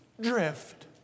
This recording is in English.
drift